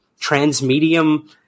transmedium